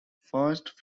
first